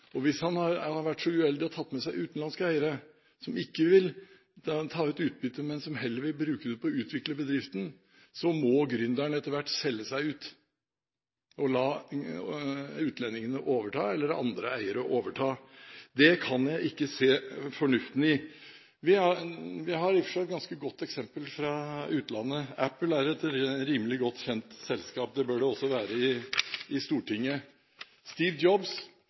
videre. Hvis han har vært så uheldig og tatt med seg utenlandske eiere, som ikke vil ta ut utbytte, men som heller vil bruke det på å utvikle bedriften, må gründeren etter hvert selge seg ut og la utlendingene overta, eller la andre eiere overta. Det kan jeg ikke se fornuften i. Vi har i og for seg et ganske godt eksempel fra utlandet. Apple er et rimelig godt kjent selskap, det bør det også være i Stortinget. Steve Jobs betalte ikke ut én dollar i